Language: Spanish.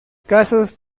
casos